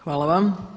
Hvala vam.